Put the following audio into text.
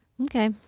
Okay